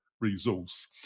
resource